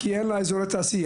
כי אין לה אזורי תעשייה,